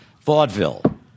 Vaudeville